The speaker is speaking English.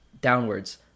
downwards